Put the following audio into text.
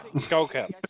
Skullcap